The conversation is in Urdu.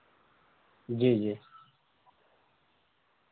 جی جی